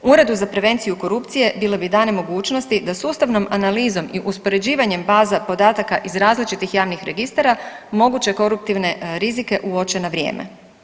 Uredu za prevenciju korupcije bile bi dane mogućnosti da sustavnom analizom i uspoređivanjem baza podataka iz različitih javnih registara moguće koruptivne rizike uoče na vrijeme.